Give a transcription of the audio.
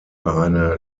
eine